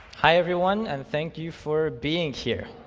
hi everyone, and thank you for being here.